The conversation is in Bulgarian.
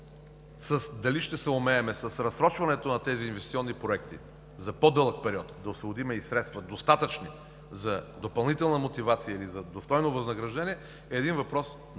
дали ще съумеем с разсрочването на тези инвестиционни проекти за по-дълъг период да освободим и достатъчни средства за допълнителна мотивация или за достойно възнаграждение е въпрос на